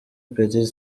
petit